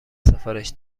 سفارش